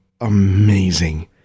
amazing